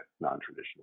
non-traditional